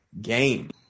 game